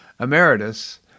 emeritus